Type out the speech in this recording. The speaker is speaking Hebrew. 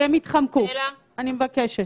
כי הם התחמקו - אני מבקשת.